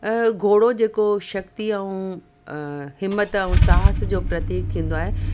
घोड़ो जेको शक्तीअ ऐं हिमत ऐं साहस जो प्रतीक थींदो आहे